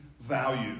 value